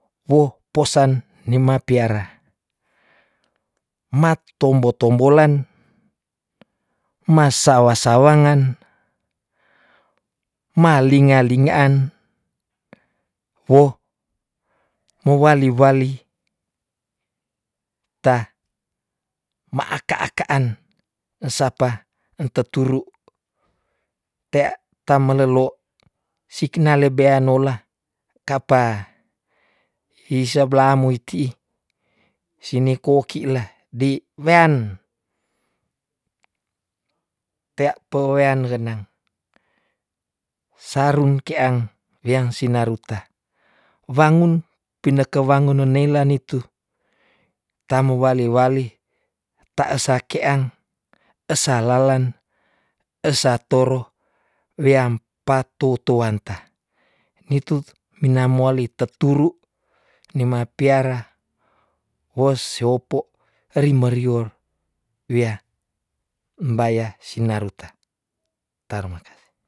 Woh posan nima piara, mat tombo- tombolan, mas sawa- sawangan, ma linga- lingaan, woh mowali wali, ta ma aka- aka an, ensapa enteturu, tea ta melelo siknale bea nola ka pa hiseblah muiti sini kuoki la di wean, tea pe wean genang, sarun keang wean sinaruta, wangon tineke wangon no neila nitu tamo wali wali ta as sakean esalalan, esatoro, weam patou tuanta, nitu mina mowali teturu, nima piara wos si opo ri merior wea embaya sinaruta, tarimakase.